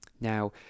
Now